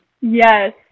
Yes